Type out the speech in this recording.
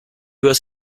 was